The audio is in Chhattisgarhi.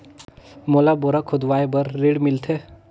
मोला बोरा खोदवाय बार ऋण मिलथे?